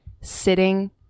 sitting